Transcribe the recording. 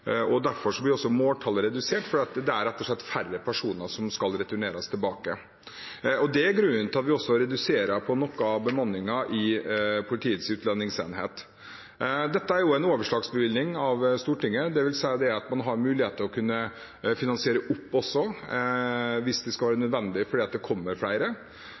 blir også måltallet redusert – rett og slett fordi det er færre personer som skal returneres. Det er grunnen til at vi også reduserer noe av bemanningen i Politiets utlendingsenhet. Dette er jo en overslagsbevilgning fra Stortinget, dvs. at man har mulighet til å kunne finansiere opp hvis det skulle bli nødvendig fordi det kommer flere.